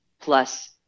plus